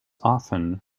often